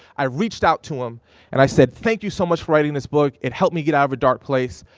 i reached out to him and i said, thank you so much for writing this book. it helped me get out of a dark place.